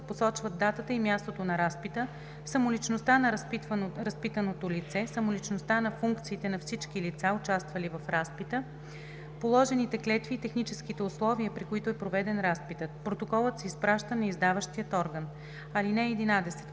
посочват датата и мястото на разпита, самоличността на разпитаното лице, самоличността и функциите на всички лица, участвали в разпита, положените клетви и техническите условия, при които е проведен разпитът. Протоколът се изпраща на издаващия орган. (11)